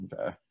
Okay